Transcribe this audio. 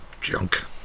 junk